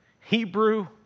Hebrew